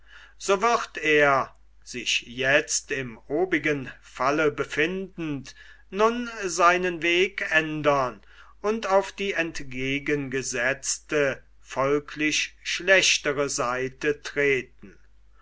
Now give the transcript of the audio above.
so wird er sich jetzt im obigen falle befindend nun seinen weg ändern und auf die entgegengesetzte folglich schlechtere seite treten